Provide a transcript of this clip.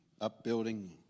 upbuilding